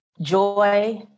Joy